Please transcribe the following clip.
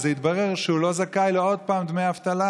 והתברר שהם לא זכאים עוד פעם לדמי אבטלה